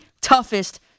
toughest